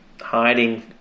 hiding